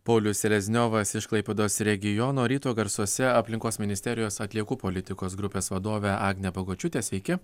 paulius selezniovas iš klaipėdos regiono ryto garsuose aplinkos ministerijos atliekų politikos grupės vadovė agnė bagočiūtė sveiki